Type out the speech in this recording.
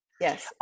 Yes